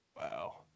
Wow